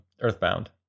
Earthbound